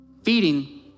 Feeding